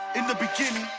in the beginning,